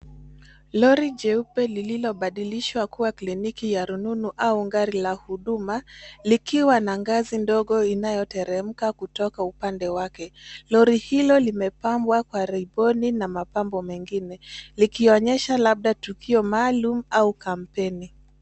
Lori jeupe lililobadilishwa kuwa kliniki ya rununu au gari la huduma, likiwa na ngazi ndogo inayoteremka kutoka upande wake. Lori hilo limepambwa kwa rekodi na mapambo mengine, likionyesha labda tukio maalum au kampeni.